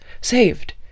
Saved